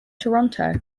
toronto